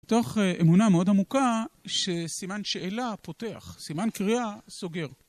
בתוך אמונה מאוד עמוקה שסימן שאלה פותח, סימן קריאה סוגר.